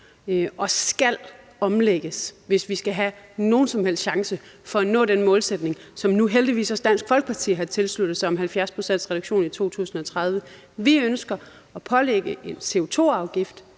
og skal omlægges, hvis vi skal have nogen som helst chance for at nå den målsætning, som nu heldigvis også Dansk Folkeparti har tilsluttet sig, altså om 70-procentsreduktion i 2030 – er at pålægge det en CO2-afgift,